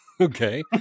okay